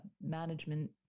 management